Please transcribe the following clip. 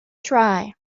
try